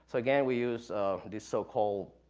so again, we use this so-called,